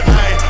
Hey